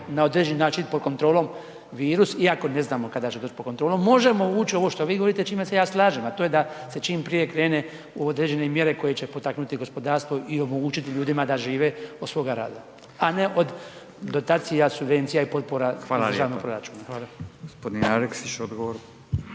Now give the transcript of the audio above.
na određeni način pod kontrolom virus, iako ne znamo kada će doć pod kontrolom, možemo uć u ovo što vi govorite, čime se ja slažem, a to je da se čim prije krene u određene mjere koje će potaknuti gospodarstvo i omogućiti ljudima da žive od svoga rada, a ne od dotacija, subvencija i potpora …/Upadica: Hvala lijepo/…iz državnog